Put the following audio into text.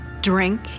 drink